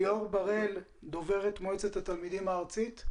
ליאור בר-אל, דוברת מועצת התלמידים הארצית.